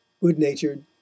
good-natured